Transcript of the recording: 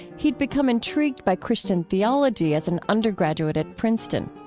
he'd become intrigued by christian theology as an undergraduate at princeton.